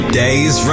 days